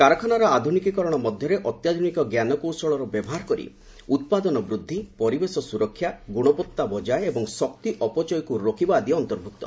କାରଖାନାର ଆଧୁନିକୀକରଣ ମଧ୍ୟରେ ଅତ୍ୟାଧୁନିକ ଞ୍ଜାନକୌଶଳର ବ୍ୟବହାର କରି ଉତ୍ପାଦନ ବୃଦ୍ଧି ପରିବେଶ ସୁରକ୍ଷା ଗୁଣବତ୍ତା ବଜାୟ ଏବଂ ଶକ୍ତି ଅପଚୟକୁ ରୋକିବା ଆଦି ଅନ୍ତର୍ଭୁକ୍ତ